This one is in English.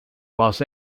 los